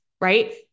right